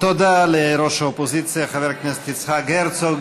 תודה לראש האופוזיציה חבר הכנסת יצחק הרצוג.